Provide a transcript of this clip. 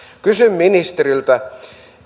kysyn ministeriltä